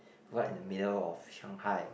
right in the middle of Shanghai